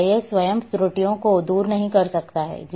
GIS स्वयं त्रुटियों को दूर नहीं कर सकता है